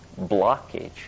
blockage